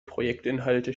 projektinhalte